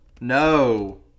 No